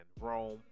Rome